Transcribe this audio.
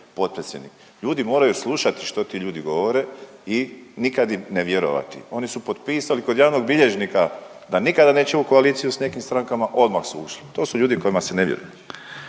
potpredsjednik. Ljudi moraju slušati što ti ljudi govore i nikad im ne vjerovati. Oni su potpisali kod javnog bilježnika da nikada neće u koaliciju s nekim strankama, odmah su ušli. To su ljudi kojima se ne vjeruje.